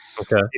okay